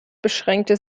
beschränkte